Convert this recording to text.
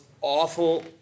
awful